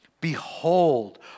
Behold